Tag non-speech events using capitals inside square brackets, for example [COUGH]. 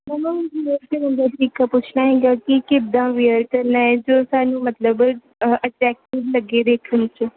ma'am ਉਹ [UNINTELLIGIBLE] ਤਰੀਕਾ ਪੁੱਛਣਾ ਹੈਗਾ ਕਿ ਕਿੱਦਾਂ ਵੀਅਰ ਕਰਨਾ ਹੈ ਜੋ ਸਾਨੂੰ ਮਤਲਬ ਅਟ੍ਰੈਕਟਿਵ ਲੱਗੇ ਦੇਖਣ 'ਚ